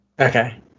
Okay